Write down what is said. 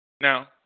Now